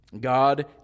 God